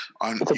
on